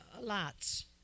lots